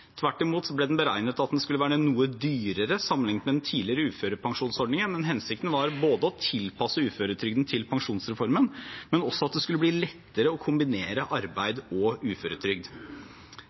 Tvert imot ble den beregnet å være noe dyrere sammenlignet med den tidligere uførepensjonsordningen. Hensikten var både å tilpasse uføretrygden til pensjonsreformen og at det skulle bli lettere å kombinere arbeid og uføretrygd.